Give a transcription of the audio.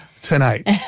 Tonight